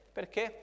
Perché